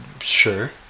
sure